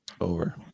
Over